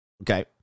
Okay